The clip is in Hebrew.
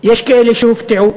יש כאלה שהופתעו